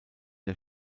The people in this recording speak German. der